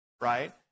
right